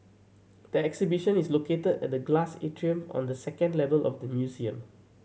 the exhibition is located at the glass atrium on the second level of the museum